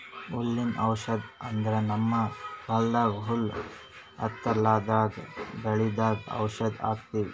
ಹುಲ್ಲಿನ್ ಔಷಧ್ ಅಂದ್ರ ನಮ್ಮ್ ಹೊಲ್ದಾಗ ಹುಲ್ಲ್ ಹತ್ತಲ್ರದಂಗ್ ಬೆಳಿಗೊಳ್ದಾಗ್ ಔಷಧ್ ಹಾಕ್ತಿವಿ